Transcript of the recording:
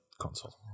console